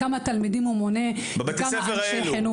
כמה תלמידים הוא מונה וכמה אנשי חינוך יש שם.